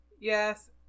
yes